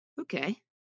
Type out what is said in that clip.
Okay